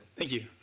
thank you.